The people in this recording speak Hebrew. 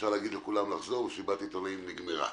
אפשר להגיד לכולם לחזור - מסיבת העיתונאים נגמרה.